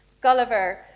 Gulliver